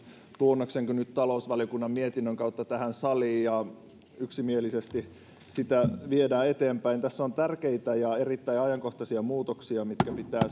lausunnon kuin nyt talousvaliokunnan mietinnön kautta tähän saliin ja yksimielisesti sitä viedään eteenpäin tässä on tärkeitä ja erittäin ajankohtaisia muutoksia mitkä pitää